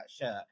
shirt